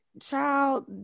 Child